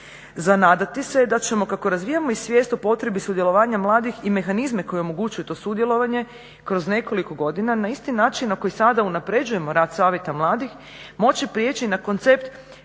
Za nadati se je da ćemo kako razvijamo svijest o potrebi sudjelovanja mladih i mehanizme koji omogućuju to sudjelovanje kroz nekoliko godina na isti način na koji sada unapređujemo rad savjeta mladih moći prijeći na koncept